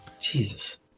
Jesus